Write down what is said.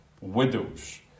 widows